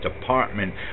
Department